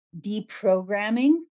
deprogramming